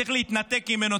צריך להתנתק ממנו,